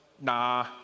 nah